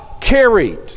carried